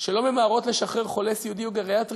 שלא ממהרים לשחרר חולה סיעודי או גריאטרי